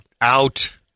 Out